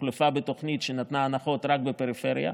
הוחלפה בתוכנית שנתנה הנחות רק בפריפריה,